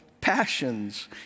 passions